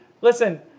Listen